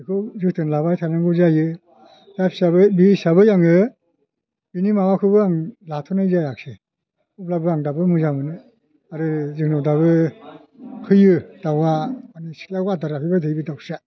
बेखौ जोथोन लाबाय थानांगौ जायो दा हिसाबै बे हिसाबै आङो बिनि माबाखौबो आङो लाथ'नाय जायाखिसै अब्लाबो आं दाबो मोजां मोनो आरो जोंनाव दाबो फैयो दावआ सिथ्लायाव आदार जाफैबाय थायो बे दावस्रिया बेखौ जोथोन लाबा